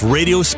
Radio